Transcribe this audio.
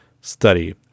study